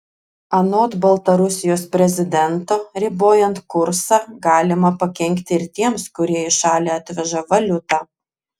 anot baltarusijos prezidento ribojant kursą galima pakenkti ir tiems kurie į šalį atveža valiutą